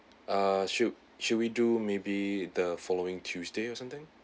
uh should should we do maybe the following tuesday or something